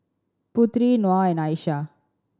Putri Nor and Aishah